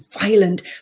violent